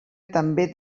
també